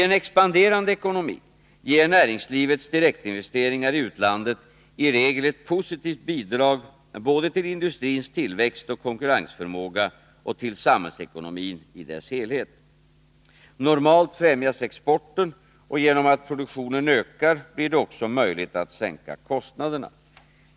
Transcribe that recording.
I en expanderande ekonomi ger näringslivets direktinvesteringar i utlandet i regel ett positivt bidrag både till industrins tillväxt och konkurrensförmåga och till samhällsekonomin i dess helhet. Normalt främjas exporten, och genom att produktionen ökar blir det också möjligt att sänka kostnaderna.